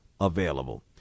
available